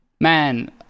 man